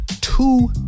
two